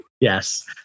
Yes